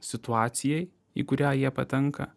situacijai į kurią jie patenka